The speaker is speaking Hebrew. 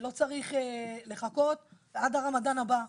לא צריך לחכות עד הרמדאן הבא.